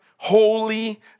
holy